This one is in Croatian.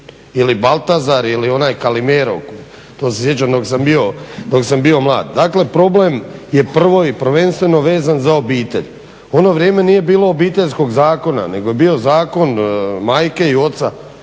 Ili Baltazar ili onaj Calimero, to se sjećam dok sam bio, dok sam bio mlad. Dakle, problem je prvo i prvenstveno vezan za obitelj. U ono vrijeme nije bilo Obiteljskog zakona, nego je bio zakon majke i oca